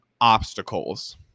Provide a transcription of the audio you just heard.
obstacles